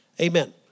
Amen